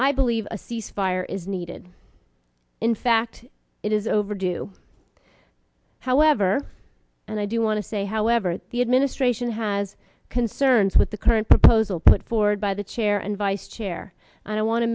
i believe a cease fire is needed in fact it is overdue however and i do want to say however that the administration has concerns with the current proposal put forward by the chair and vice chair and i want to